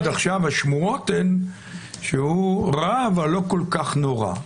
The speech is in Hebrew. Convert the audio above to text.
עד עכשיו השמועות הן שהוא רע, אבל לא כל כך נורא.